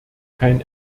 kein